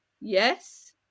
Yes